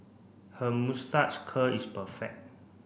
her moustache curl is perfect